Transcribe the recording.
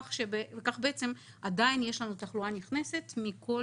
וכך בעצם עדיין יש לנו תחלואה נכנסת מכל